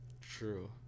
True